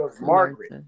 Margaret